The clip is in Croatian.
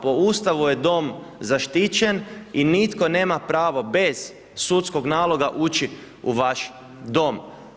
Po Ustavu je dom zaštićen i nitko nema pravo bez sudskog naloga ući u vaš dom.